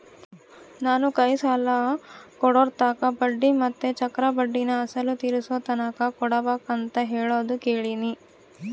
ನಾನು ಕೈ ಸಾಲ ಕೊಡೋರ್ತಾಕ ಬಡ್ಡಿ ಮತ್ತೆ ಚಕ್ರಬಡ್ಡಿನ ಅಸಲು ತೀರಿಸೋತಕನ ಕೊಡಬಕಂತ ಹೇಳೋದು ಕೇಳಿನಿ